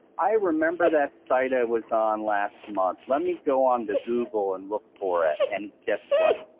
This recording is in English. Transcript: i remember that site i was on last month, let me go onto google and look for it, and guess what?